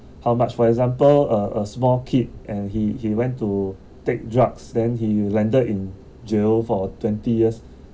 how much for example a a small kid and he he went to take drugs then he landed in jail for twenty years